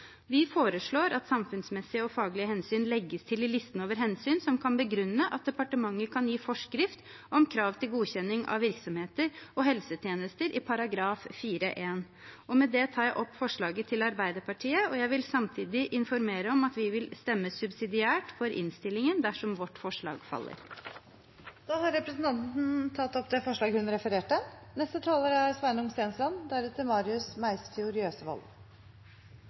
Vi foreslår at samfunnsmessige og faglige hensyn legges til i listen over hensyn som kan begrunne at departementet kan gi forskrift om krav til godkjenning av virksomheter og helsetjenester i § 4-1. Med det tar jeg opp forslaget til Arbeiderpartiet, og jeg vil samtidig informere om at vi vil stemme subsidiært for innstillingen dersom vårt forslag faller. Representanten Tuva Moflag har tatt opp det forslaget hun refererte til. Regjeringen foreslår å fjerne påbudet i spesialisthelsetjenesteloven om